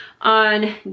on